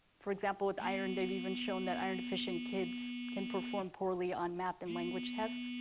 for example, with iron, they've even shown that iron-deficient kids can perform poorly on math and language tests.